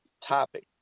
topic